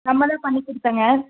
நம்ம தான் பண்ணிக்கொடுத்தேங்க